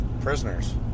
prisoners